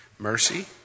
Mercy